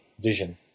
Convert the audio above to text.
vision